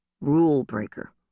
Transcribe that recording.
rule-breaker